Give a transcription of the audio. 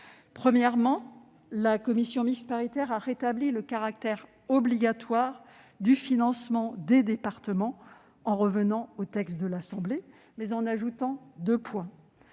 Premièrement, la commission mixte paritaire a rétabli le caractère obligatoire du financement des départements, en revenant au texte de l'Assemblée nationale, mais en ajoutant deux points